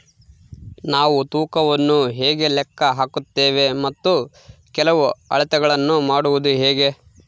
ನಾವು ತೂಕವನ್ನು ಹೇಗೆ ಲೆಕ್ಕ ಹಾಕುತ್ತೇವೆ ಮತ್ತು ಕೆಲವು ಅಳತೆಗಳನ್ನು ಮಾಡುವುದು ಹೇಗೆ?